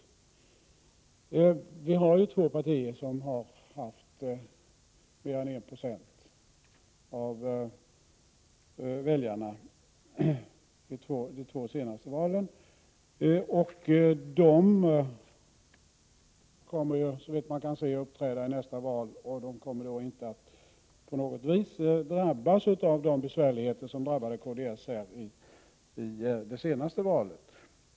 Vi har två partier som har uppnått mer än 1 26 av rösterna de två senaste valen. De kommer såvitt man kan se att uppträda i nästa val, men de kommer inte på något vis att drabbas av de besvärligheter som kds råkade ut för i det senaste valet.